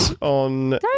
on